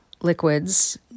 liquids